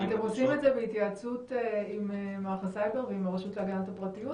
אתם בהתייעצות עם מערך הסייבר ועם הרשות להגנת הפרטיות?